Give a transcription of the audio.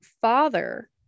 father